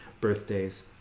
Birthdays